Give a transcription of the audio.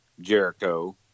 Jericho